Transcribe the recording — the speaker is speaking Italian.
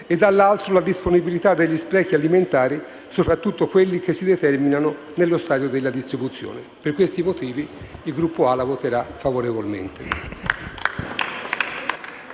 e, dall'altro, la disponibilità degli sprechi alimentari, soprattutto quelli che si determinano nello stadio della distribuzione. Per questi motivi, il Gruppo Alleanza